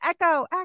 Echo